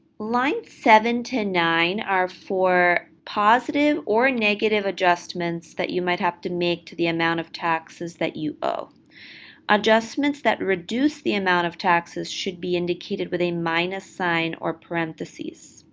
line seven to nine are for positive or negative adjustments that you might have to make to the amount of taxes that you owe adjustments that reduce the amount of taxes should be indicated with a minus sign or parentheses.